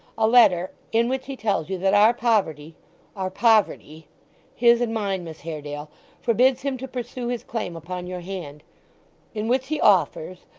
a letter, in which he tells you that our poverty our poverty his and mine, miss haredale forbids him to pursue his claim upon your hand in which he offers,